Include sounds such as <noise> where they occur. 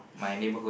<breath>